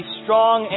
strong